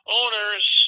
owners